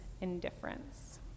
indifference